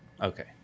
Okay